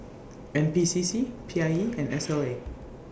N P C C P I E and S L A